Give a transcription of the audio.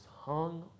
hung